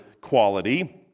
quality